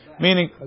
Meaning